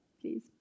please